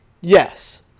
Yes